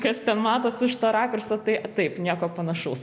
kas ten matosi iš to rakurso tai taip nieko panašaus